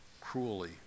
cruelly